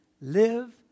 live